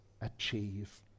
achieve